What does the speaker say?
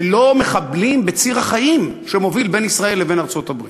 ולא מחבלים בציר החיים שמוביל בין ישראל לבין ארצות-הברית.